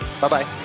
Bye-bye